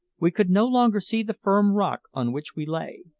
we could no longer see the firm rock on which we lay,